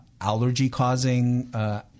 allergy-causing